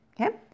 Okay